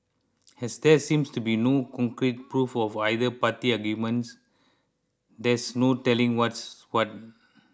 as there seems to be no concrete proof of either party's arguments there's no telling what's what